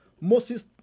Moses